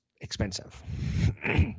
expensive